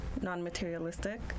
non-materialistic